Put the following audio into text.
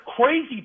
crazy